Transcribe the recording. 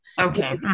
Okay